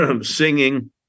singing